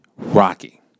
Rocky